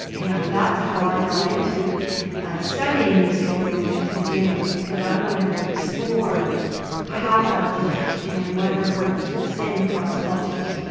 and that's how i got into studying music and emotion to begin with because i wanted to explore how that worked and whether that worked the same across cultures.